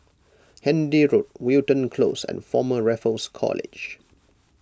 Handy Road Wilton Close and Former Raffles College